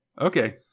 Okay